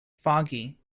foggy